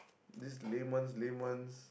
this lame ones lame ones